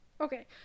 Okay